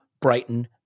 Brighton